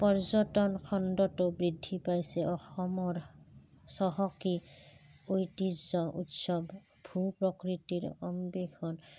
পৰ্যটন খণ্ডতো বৃদ্ধি পাইছে অসমৰ চহকী ঐতিহ্য উৎসৱ ভূ প্ৰকৃতিৰ অন্বেষণ